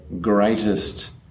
greatest